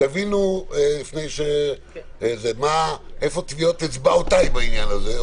תבינו איפה טביעות אצבעותיי בעניין הזה.